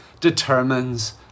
determines